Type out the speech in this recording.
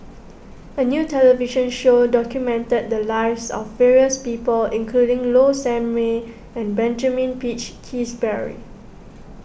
a new television show documented the lives of various people including Low Sanmay and Benjamin Peach Keasberry